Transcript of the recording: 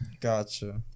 Gotcha